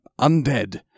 undead